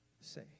say